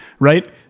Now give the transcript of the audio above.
Right